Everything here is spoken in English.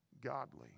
godly